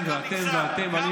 אתם, ואתם, ואתם, ואתם.